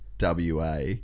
WA